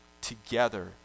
together